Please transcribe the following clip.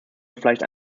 vielleicht